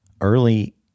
early